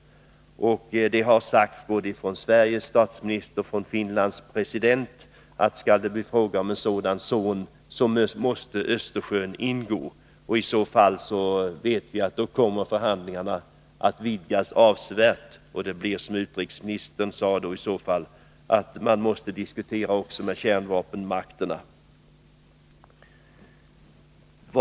Både Sveriges statsminister och Finlands president har sagt, att skall det bli fråga om en sådan zon måste Östersjön ingå. Vi vet att i så fall kommer förhandlingarna att vidgas avsevärt, och man måste, som utrikesministern sade, också diskutera med kärnvapenmakterna.